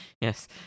Yes